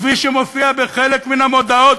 כפי שמופיע בחלק מן המודעות,